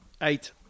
Eight